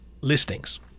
listings